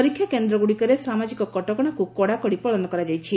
ପରୀକ୍ଷାକେନ୍ଦ୍ରଗୁଡ଼ିକରେ ସାମାଜିକ କଟକଶାକୁ କଡ଼ାକଡ଼ି ପାଳନ କରାଯାଇଛି